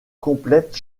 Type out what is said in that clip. complète